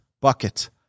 bucket